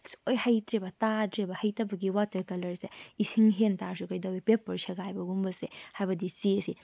ꯁꯨꯛꯍꯩ ꯍꯩꯇ꯭ꯔꯦꯕ ꯇꯥꯗ꯭ꯔꯦꯕ ꯍꯩꯇꯕꯒꯤ ꯋꯥꯇꯔ ꯀꯂꯔꯁꯦ ꯏꯁꯤꯡ ꯍꯦꯟꯕꯇꯥꯔꯁꯨ ꯀꯩꯗꯧꯏ ꯄꯦꯄꯔ ꯁꯦꯒꯥꯏꯕꯒꯨꯝꯕꯁꯦ ꯍꯥꯏꯕꯗꯤ ꯆꯦꯁꯤ